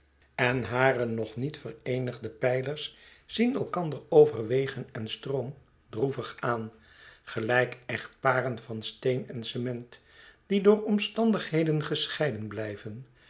en hare nog niet vereenigde pijlers zien elkander over wegen en stroom droevig aan gelijk echtparen van steen en cement die door omstandigheden gescheiden blijven